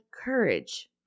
courage